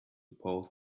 both